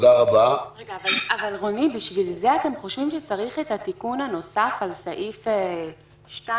אבל בשביל זה אתם חושבים שצריך את התיקון הנוסף על סעיף 2(א1)?